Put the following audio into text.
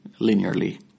linearly